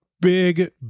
big